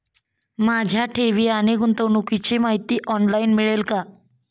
माझ्या ठेवी आणि गुंतवणुकीची माहिती ऑनलाइन मिळेल का?